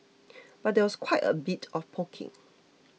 but there was quite a bit of poking